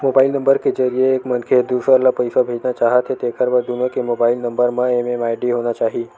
mobile number के जरिए एक मनखे ह दूसर ल पइसा भेजना चाहथे तेखर बर दुनो के मोबईल नंबर म एम.एम.आई.डी होना चाही